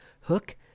hook